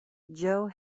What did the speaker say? joe